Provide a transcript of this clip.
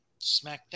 SmackDown